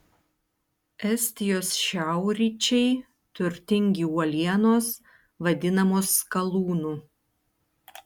estijos šiaurryčiai turtingi uolienos vadinamos skalūnu